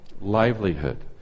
livelihood